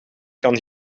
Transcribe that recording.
kan